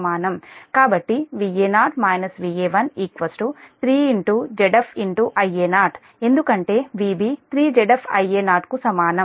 కాబట్టి Va0 Va1 3 Zf Ia0 ఎందుకంటే Vb 3 Zf Ia0 కు సమానం